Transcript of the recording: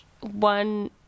one